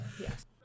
Yes